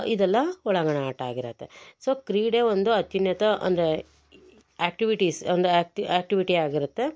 ಇದೆಲ್ಲ ಒಳಾಂಗಣ ಆಟ ಆಗಿರುತ್ತೆ ಸೊ ಕ್ರೀಡೆ ಒಂದು ಅತ್ಯುನ್ನತ ಅಂದರೆ ಆಕ್ಟಿವಿಟಿಸ್ ಒಂದು ಆಕ್ಟ್ ಆಕ್ಟಿವಿಟಿ ಆಗಿರುತ್ತೆ